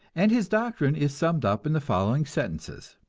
and his doctrine is summed up in the following sentences